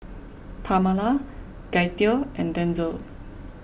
Pamala Gaither and Denzell